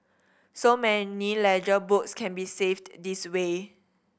so many ledger books can be saved this way